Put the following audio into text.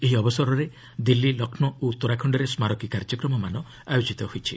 ଏହି ଅବସରରେ ଦିଲ୍ଲୀ ଲକ୍ଷ୍ନୌ ଓ ଉତ୍ତରାଖଣ୍ଡରେ ସ୍କାରକୀ କାର୍ଯ୍ୟକ୍ରମମାନ ଆୟୋଜିତ ହୋଇଛି